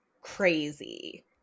crazy